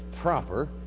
proper